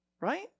Right